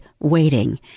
Waiting